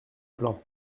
plan